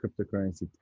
cryptocurrency